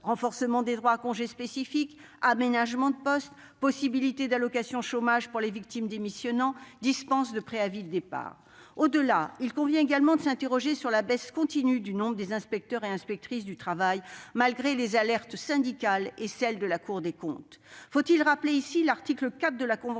renforcement des droits à congé spécifique, aménagements de poste, possibilité de percevoir des allocations chômage pour les victimes qui démissionnent, dispense de préavis de départ, etc. Au-delà, il convient également de s'interroger sur la baisse continue du nombre des inspecteurs et des inspectrices du travail, malgré les alertes des syndicats et celles de la Cour des comptes. Faut-il rappeler ici que l'article 4 de la convention impose